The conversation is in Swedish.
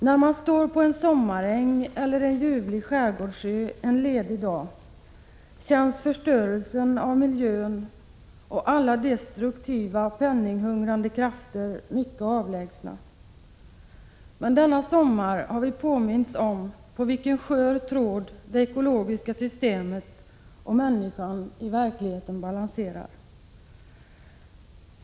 När man står på en sommaräng eller är på en ljuvlig skärgårdsö en ledig dag känns förstörelsen av miljön och alla destruktiva, penninghungrande krafter mycket avlägsna. Men denna sommar har vi påmints om på vilken skör tråd det ekologiska systemet och människan i verkligheten balanserar.